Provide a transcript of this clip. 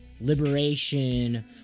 liberation